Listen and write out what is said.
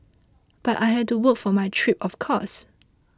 but I had to work for my trip of course